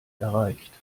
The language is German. erreicht